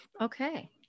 Okay